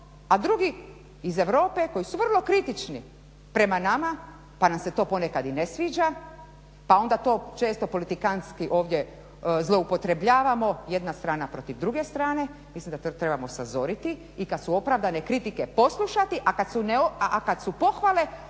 a drugi iz Europe koji su vrlo kritični prema nama pa nam se to ponekad i ne sviđa pa onda to često politikantski ovdje zloupotrebljavamo jedna strana protiv druge strane, mislim da to trebamo sazoriti i kad su opravdane kritike poslušati, a kad su pohvale